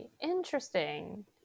Interesting